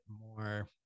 more